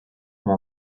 more